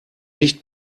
nicht